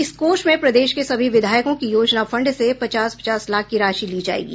इस कोष में प्रदेश के सभी विधायकों की योजना फंड से पचास पचास लाख की राशि ली जायेगी